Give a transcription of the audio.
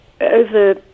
Over